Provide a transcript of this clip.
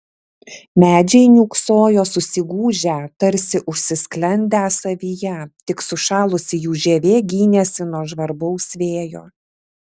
medžiai niūksojo susigūžę tarsi užsisklendę savyje tik sušalusi jų žievė gynėsi nuo žvarbaus vėjo